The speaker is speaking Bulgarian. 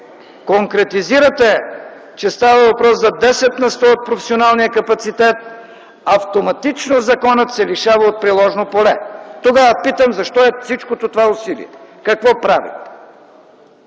конкретизирате, че става въпрос за 10 на сто от професионалния капацитет, автоматично законът се лишава от приложно поле. Тогава питам: защо е всичкото това усилие? Какво правим?